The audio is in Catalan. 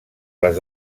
les